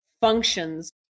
functions